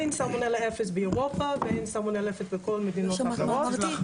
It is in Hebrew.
אין סלמונלה אפס באירופה ואין סלמונלה אפס בכל המדינות האחרות.